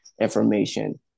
information